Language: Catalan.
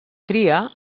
tria